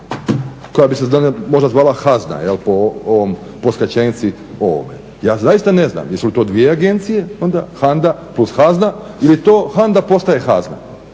koja bi se možda zvala HAZNA po ovom, po skraćenici ovome. Ja zaista ne znam jesu li to dvije agencije onda HANDA plus HAZNA ili to HANDA postaje HAZNA.